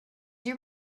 you